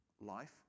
life